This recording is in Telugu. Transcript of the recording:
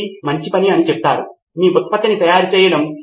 ఆ మూల్యాంకన పరీక్షలు మీరు ఆన్లైన్లో ఉండగల స్వీయ మూల్యాంకనం చేస్తారా